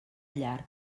llarg